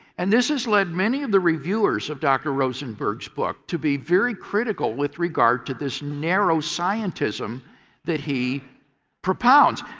and this has led many of the reviewers of dr. rosenberg's book to be very critical with regard to this narrow scientism that he propounds.